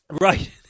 Right